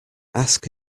ask